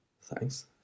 Thanks